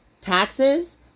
taxes